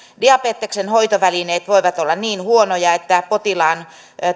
diabeteksen hoitovälineet voivat olla niin huonoja että potilaan